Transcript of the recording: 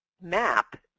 map